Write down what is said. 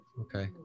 Okay